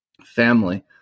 Family